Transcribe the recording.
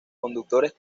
conductores